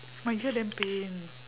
my ear damn pain